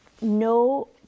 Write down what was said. no